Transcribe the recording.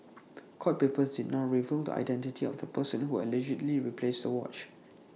court papers did not reveal the identity of the person who allegedly replaced the watch